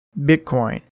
Bitcoin